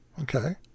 Okay